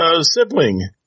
sibling